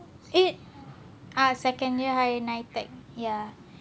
eh ah second year higher NITEC ya